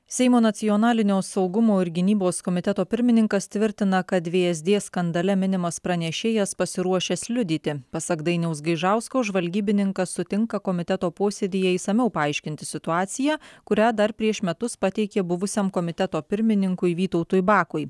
seimo nacionalinio saugumo ir gynybos komiteto pirmininkas tvirtina kad vsd skandale minimas pranešėjas pasiruošęs liudyti pasak dainiaus gaižausko žvalgybininkas sutinka komiteto posėdyje išsamiau paaiškinti situaciją kurią dar prieš metus pateikė buvusiam komiteto pirmininkui vytautui bakui